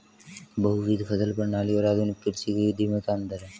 बहुविध फसल प्रणाली और आधुनिक कृषि की विधि में क्या अंतर है?